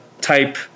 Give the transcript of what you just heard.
type